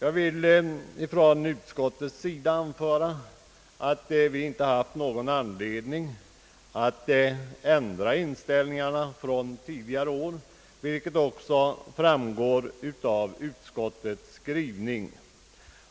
Vi har från utskottets sida inte haft någon anledning att ändra vår inställning från tidigare år, vilket också framgår av utskottets skrivning.